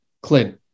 Clint